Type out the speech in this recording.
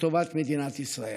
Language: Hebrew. לטובת מדינת ישראל.